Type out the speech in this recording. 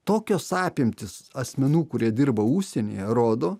tokios apimtys asmenų kurie dirba užsienyje rodo